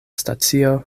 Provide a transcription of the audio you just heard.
stacio